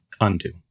undo